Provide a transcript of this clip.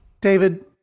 David